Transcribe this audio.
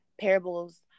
parables